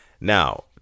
Now